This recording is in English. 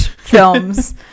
films